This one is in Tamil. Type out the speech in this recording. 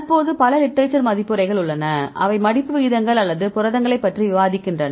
தற்போது பல லிட்ரேச்சர் மதிப்புரைகள் உள்ளன அவை மடிப்பு விகிதங்கள் அல்லது புரதங்களைப் பற்றி விவாதிக்கின்றன